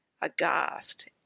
aghast